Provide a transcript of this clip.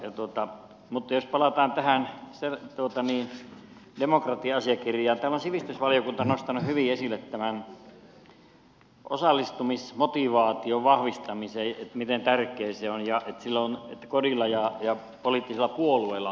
mutta jos palataan tähän demokratia asiakirjaan täällä on sivistysvaliokunta nostanut hyvin esille tämän osallistumismotivaation vahvistamisen miten tärkeä se on ja että kodilla ja poliittisilla puolueilla on tärkeä rooli